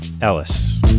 Ellis